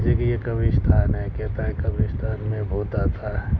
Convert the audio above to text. جیسے کہ یہ قبرستان ہے کہتا ہے قبرستان میں بھوت آتا ہے